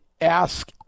ask